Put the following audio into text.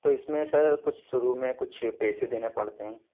तो इस में सर कुछ शुरू में कुछ पैसे देने पड़ते हैं